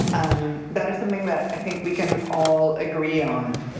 that is something that i think we can all agree on,